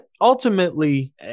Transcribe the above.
ultimately